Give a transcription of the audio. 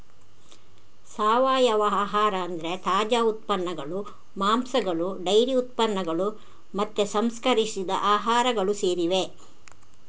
ಸಾವಯವ ಆಹಾರ ಅಂದ್ರೆ ತಾಜಾ ಉತ್ಪನ್ನಗಳು, ಮಾಂಸಗಳು ಡೈರಿ ಉತ್ಪನ್ನಗಳು ಮತ್ತೆ ಸಂಸ್ಕರಿಸಿದ ಆಹಾರಗಳು ಸೇರಿವೆ